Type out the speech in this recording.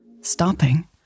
Stopping